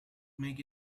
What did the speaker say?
make